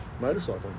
motorcycling